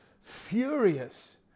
furious